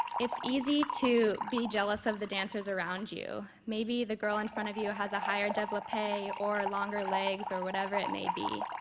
it's easy to be jealous of the dancers around you. maybe the girl in front of you has a higher developpe or longer legs, or whatever it may be.